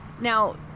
now